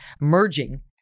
merging